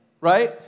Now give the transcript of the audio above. right